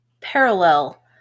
Parallel